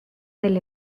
del